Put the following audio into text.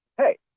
hey